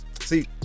See